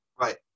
Right